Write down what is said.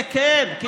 זה כן, ממש לא.